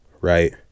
right